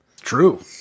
True